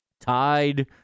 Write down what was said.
tied